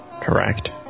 correct